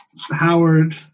Howard